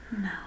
No